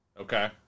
Okay